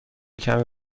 کمی